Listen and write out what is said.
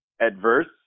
adverse